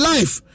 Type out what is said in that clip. Life